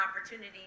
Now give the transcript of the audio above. opportunity